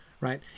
right